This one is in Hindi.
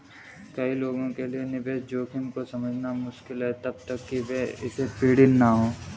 कई लोगों के लिए निवेश जोखिम को समझना मुश्किल है जब तक कि वे इससे पीड़ित न हों